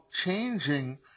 changing